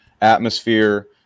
atmosphere